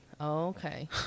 okay